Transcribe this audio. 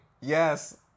Yes